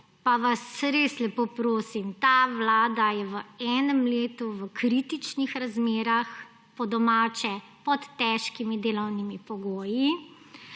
Pa vas res lepo prosim, ta vlada je v enem letu v kritičnih razmerah, po domače pod težkimi delovnimi pogoji,